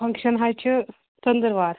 function حظ چھِ ژٔنٛدٕروار